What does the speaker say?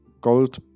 gold